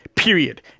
Period